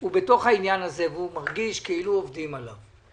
הוא בתוך העניין הזה והוא מרגיש כאילו עובדים עליו.